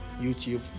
YouTube